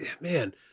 man